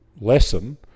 lesson